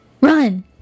Run